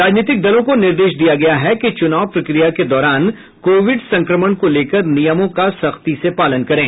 राजनीतिक दलों को निर्देश दिया गया है कि चुनाव प्रक्रिया के दौरान कोविड संक्रमण को लेकर नियमों का सख्ती से पालन करें